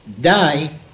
die